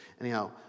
anyhow